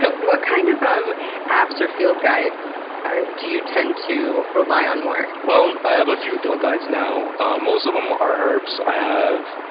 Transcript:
but what kind of um apps or field guides ah do you tend to rely on more? well, i have a few field guides now most of them are herps. i have